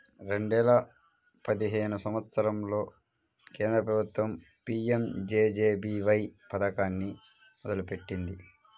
రెండేల పదిహేను సంవత్సరంలో కేంద్ర ప్రభుత్వం పీయంజేజేబీవై పథకాన్ని మొదలుపెట్టింది